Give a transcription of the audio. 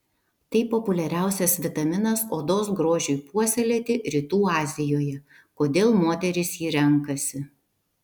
tai populiariausias vitaminas odos grožiui puoselėti rytų azijoje kodėl moterys jį renkasi